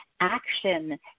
action